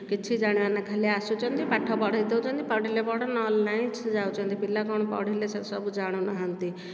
କିଛି ଜାଣିବାର ନାହିଁ ଖାଲି ଆସୁଛନ୍ତି ପାଠ ପଢ଼େଇ ଦେଉଛନ୍ତି ପଢିଲେ ପଢ଼ ନହେଲେ ନାଇଁ ଯାଉଛନ୍ତି ପିଲା କ'ଣ ପଢ଼ିଲେ ସେସବୁ ଜାଣୁନାହାନ୍ତି